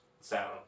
sound